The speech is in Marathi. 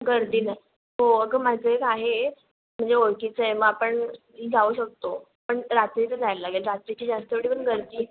गर्दी नस् हो अगं माझं एक आहे म्हणजे ओळखीचं आहे मग आपण जाऊ शकतो पण रात्रीचं जायला लागेल रात्रीची जास्त तेवढी पण गर्दी